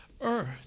earth